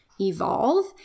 evolve